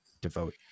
devote